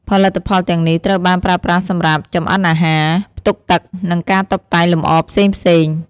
ផលិតផលទាំងនេះត្រូវបានប្រើប្រាស់សម្រាប់ចម្អិនអាហារ ផ្ទុកទឹក និងការតុបតែងលម្អផ្សេងៗ។